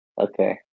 Okay